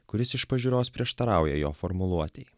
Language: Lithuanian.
kuris iš pažiūros prieštarauja jo formuluotei